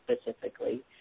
specifically